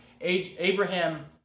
Abraham